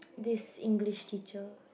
this English teacher